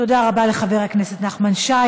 תודה רבה לחבר הכנסת נחמן שי.